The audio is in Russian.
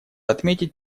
отметить